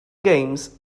games